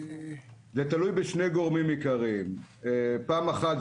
זה תלוי בשני גורמים עיקריים: פעם אחת,